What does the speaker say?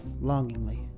longingly